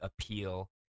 appeal